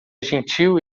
gentil